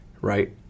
right